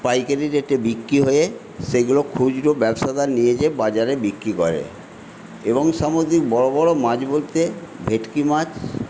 পাইকারি রেটে বিক্রি হয়ে সেগুলো খুচরো ব্যবসাদার নিয়ে যায়ে বাজারে বিক্রি করে এবং সামুদ্রিক বড় বড় মাছ বলতে ভেটকি মাছ